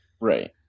Right